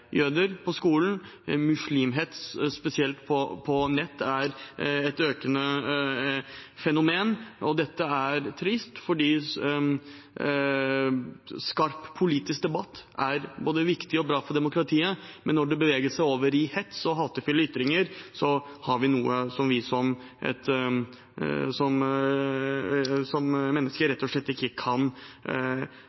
jøder. Muslimhets, spesielt på nett, er et økende fenomen. Dette er trist fordi skarp politisk debatt er både viktig og bra for demokratiet. Men når det beveger seg over i hets og hatefulle ytringer, er det noe vi som